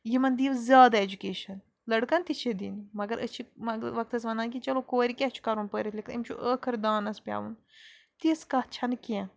یِمَن دِیِو زیادٕ اٮ۪جُکیشَن لٔڑکَن تہِ چھِ دِنۍ مگر أسۍ چھِ وقتَس وَنان کہِ چلو کورِ کیٛاہ چھِ کَرُن پٔرِتھ لیٚکھِتھ أمِس چھُ ٲخٕر دانَس پٮ۪وُن تِژھ کَتھ چھَنہٕ کیٚنٛہہ